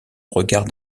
regard